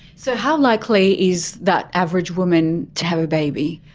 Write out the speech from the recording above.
so how likely is that average woman to have a baby?